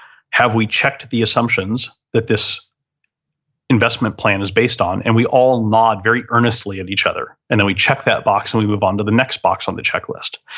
have we checked the assumptions that this investment plan is based on? and we all nod very earnestly at each other. and then we checked that box and we move on to the next box on the checklist.